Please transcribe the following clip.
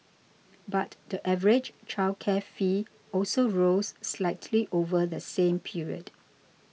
but the average childcare fee also rose slightly over the same period